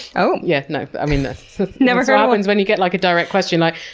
so yeah no, i mean, this never happens when you get like a direct question, like,